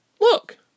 Look